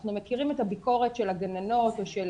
אנחנו מכירים את הביקורת של הגננות או של